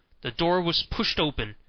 the door was pushed open,